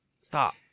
Stop